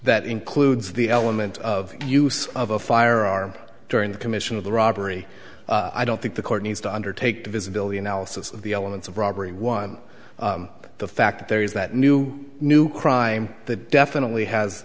that includes the element of use of a firearm during the commission of the robbery i don't think the court needs to undertake divisibility analysis of the elements of robbery one the fact there is that new new crime that definitely has